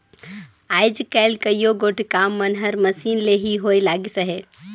आएज काएल कइयो गोट काम मन हर मसीन ले ही होए लगिस अहे